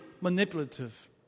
manipulative